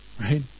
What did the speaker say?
right